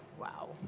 Wow